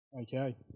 Okay